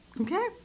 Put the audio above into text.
Okay